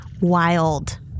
wild